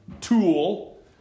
tool